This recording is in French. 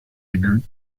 aigus